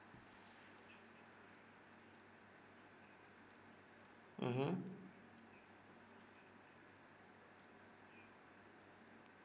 mmhmm